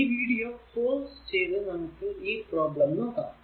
ഈ video pause ചെയ്തു നമുക്ക് ഈ പ്രോബ്ലം നോക്കാം